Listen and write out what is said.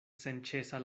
senĉesa